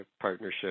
partnership